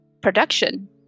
production